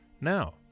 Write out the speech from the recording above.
Now